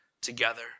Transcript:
together